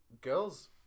girls